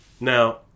Now